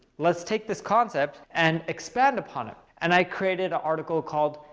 let's take this concept and expand upon it. and i created an article called,